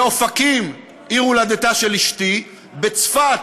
באופקים, עיר הולדתה של אשתי, בצפת,